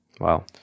Wow